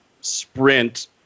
sprint